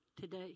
today